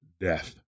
death